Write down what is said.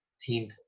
team